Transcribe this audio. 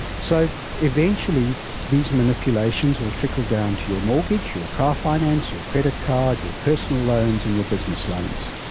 so eventually these manipulations will trickle down to your mortgage, your car finance, your credit card, your personal loans and your business loans.